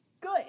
Good